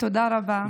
תודה רבה.